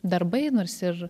darbai nors ir